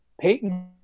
Peyton